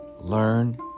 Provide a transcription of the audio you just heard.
learn